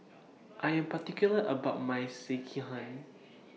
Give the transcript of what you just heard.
I Am particular about My Sekihan